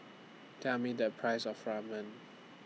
Tell Me The Price of Ramen